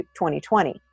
2020